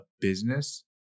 business